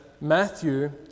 Matthew